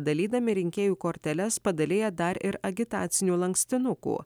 dalydami rinkėjų korteles padalija dar ir agitacinių lankstinukų